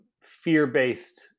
fear-based